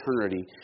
eternity